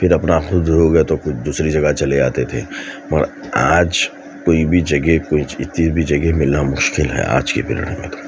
پھر اپنا خود ہو گیا تو خود دوسری جگہ چلے آتے تھے اور آج کوئی بھی جگہ کوئی اتی بھی جگہ ملنا مشکل ہے آج کے پیریڈ میں تو